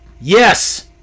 Yes